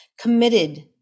committed